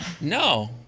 No